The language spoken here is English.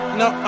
no